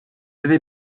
avez